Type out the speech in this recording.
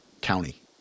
county